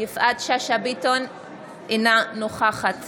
אינה נוכחת